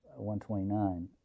129